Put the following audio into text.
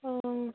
অঁ